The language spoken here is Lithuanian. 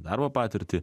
darbo patirtį